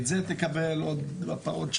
את זה תקבל עוד שנה',